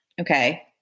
Okay